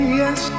yes